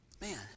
man